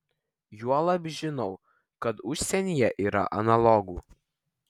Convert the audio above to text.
juolab žinau kad užsienyje yra analogų